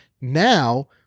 now